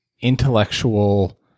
intellectual